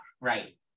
right